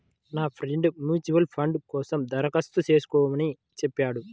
నా friend mutual fund కోసం దరఖాస్తు చేస్కోమని చెప్పాడు